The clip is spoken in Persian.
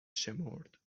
شمرد